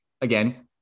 again